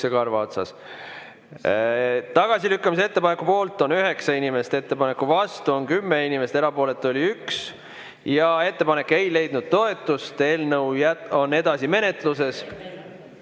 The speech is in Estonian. Tagasilükkamise ettepaneku poolt on 9 inimest, ettepaneku vastu on 10 inimest, erapooletuid on 1. Ettepanek ei leidnud toetust ja eelnõu on edasi menetluses.